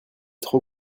trop